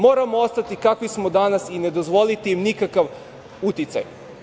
Moramo ostati kakvi smo danas i ne dozvoliti im nikakav uticaj.